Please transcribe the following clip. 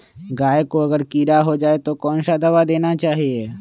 गाय को अगर कीड़ा हो जाय तो कौन सा दवा देना चाहिए?